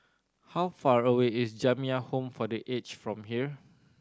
how far away is Jamiyah Home for The Aged from here